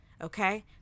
Okay